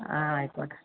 ആ ആയിക്കോട്ടെ